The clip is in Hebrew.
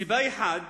סיבה אחת,